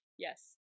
Yes